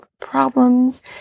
problems